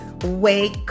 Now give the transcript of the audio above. Wake